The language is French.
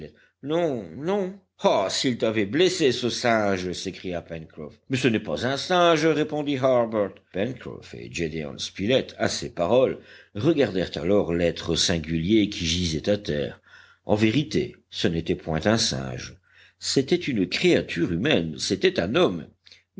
non non ah s'il t'avait blessé ce singe s'écria pencroff mais ce n'est pas un singe répondit harbert pencroff et gédéon spilett à ces paroles regardèrent alors l'être singulier qui gisait à terre en vérité ce n'était point un singe c'était une créature humaine c'était un homme